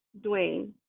Dwayne